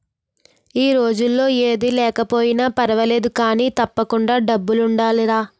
ఈ రోజుల్లో ఏది లేకపోయినా పర్వాలేదు కానీ, తప్పకుండా డబ్బులుండాలిరా